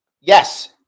Yes